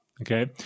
okay